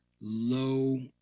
low